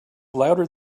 louder